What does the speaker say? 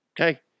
Okay